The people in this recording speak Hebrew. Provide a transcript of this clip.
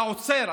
אתה עוצר,